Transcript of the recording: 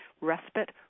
respite